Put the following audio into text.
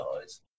guys